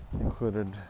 included